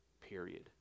Period